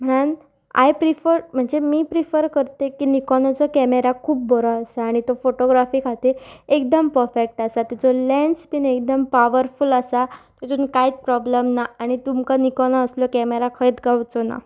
म्हणन I prefer म्हणजे मी प्रिफर करत की निकोनाचो कॅमेरा खूब बरो आसा आनी तो फोटोग्राफी खातीर एकदम पफेक्ट आसा तेचो लेन्स बीन एकदम पावरफूल आसा तितून कांयत प्रोब्लम ना आनी तुमकां निकोना असलो कॅमेरा खंयत गावचो ना